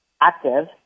active